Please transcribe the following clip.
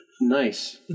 Nice